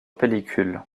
pellicule